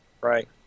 Right